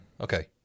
Okay